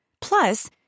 Plus